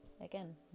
again